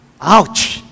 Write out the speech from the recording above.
Ouch